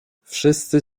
wszyscy